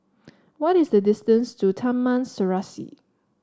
what is the distance to Taman Serasi